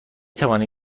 توانید